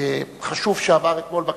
חשוב שעבר אתמול בכנסת,